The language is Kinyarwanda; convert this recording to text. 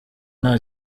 nta